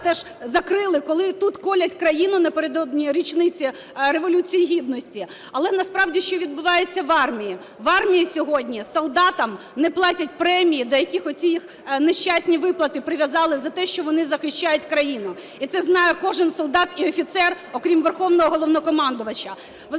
теж закрили, коли тут колють країну напередодні річниці Революції Гідності. Але насправді що відбувається в армії? В армії сьогодні солдатам не платять премії, до яких оці нещасні виплати прив'язали за те, що вони захищають країну. І це знає кожен солдат і офіцер, окрім Верховного Головнокомандувача.